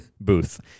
booth